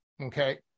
Okay